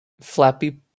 Flappy